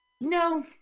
No